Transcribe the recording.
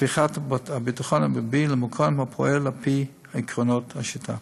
להפיכת הביטחון המרבי למקום הפועל על פי עקרונות השיטה.